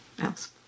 else